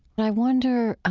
and i wonder